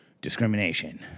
Discrimination